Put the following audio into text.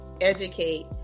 educate